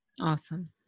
Awesome